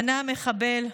ענה המחבל: